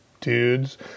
dudes